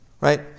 right